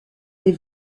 les